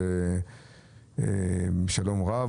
שלום רב,